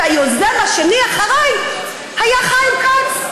והיוזם השני אחריי היה חיים כץ,